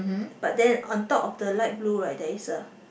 but then on top of the light blue right there is the